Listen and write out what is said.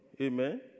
Amen